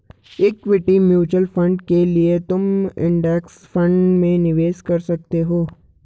equity mutual fund के लिए तुम इंडेक्स फंड में निवेश कर सकते हो